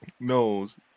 Knows